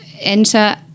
Enter